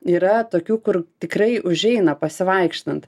yra tokių kur tikrai užeina pasivaikštant